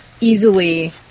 easily